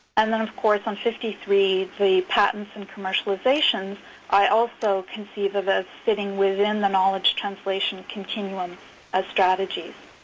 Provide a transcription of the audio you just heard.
and then of course on fifty three the patents and commercializations i also conceive of as sitting within the knowledge translation continuum as ah strategies.